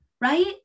right